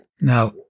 Now